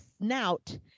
snout